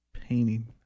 Painting